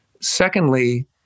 secondly